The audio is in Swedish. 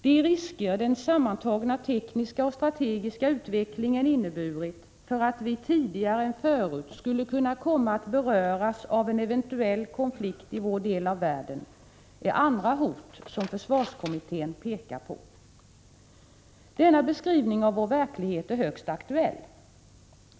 De risker den sammantagna tekniska och strategiska utvecklingen inneburit för att vi tidigare än förut skulle kunna komma att beröras av en eventuell konflikt i vår del av världen, är andra hot som försvarskommittén pekar på. Denna beskrivning av vår verklighet är högst aktuell.